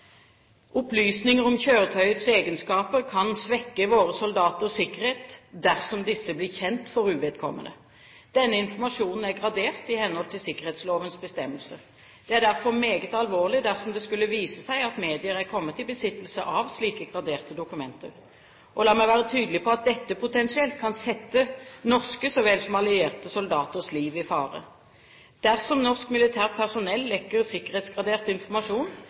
Opplysninger om kjøretøyets egenskaper kan svekke våre soldaters sikkerhet dersom disse blir kjent for uvedkommende. Denne informasjonen er gradert i henhold til sikkerhetslovens bestemmelser. Det er derfor meget alvorlig dersom det skulle vise seg at medier har kommet i besittelse av slike graderte dokumenter. La meg være tydelig på at dette potensielt kan sette norske så vel som allierte soldaters liv i fare. Dersom norsk militært personell lekker sikkerhetsgradert informasjon,